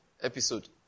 episode